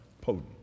potent